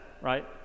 right